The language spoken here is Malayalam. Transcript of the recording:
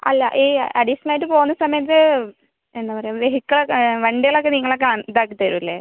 അല്ല ഈ അഡീഷണൽ ആയിട്ട് പോകുന്ന സമയത്ത് എന്താ പറയുക വെഹിക്കിൾ ഒക്കെ വണ്ടികളൊക്കെ നിങ്ങൾ ഒക്കെ ഇതാക്കി തരില്ലേ